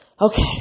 Okay